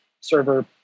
server